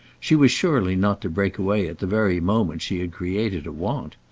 she was surely not to break away at the very moment she had created a want.